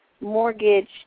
mortgage